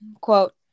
Quote